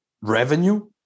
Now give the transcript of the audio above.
revenue